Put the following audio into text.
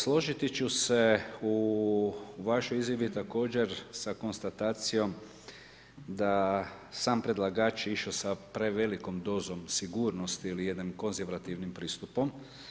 Složiti ću se u vašoj izjavi također sa konstatacijom da sam predlagač išao sa prevelikom dozom sigurnosti ili jednim konzervativnim pristupom.